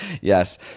Yes